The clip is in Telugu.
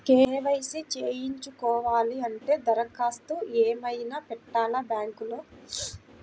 కే.వై.సి చేయించుకోవాలి అంటే దరఖాస్తు ఏమయినా పెట్టాలా బ్యాంకులో?